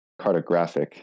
cartographic